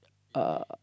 uh